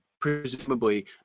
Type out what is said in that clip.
Presumably